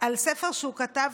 על ספר שהוא כתב,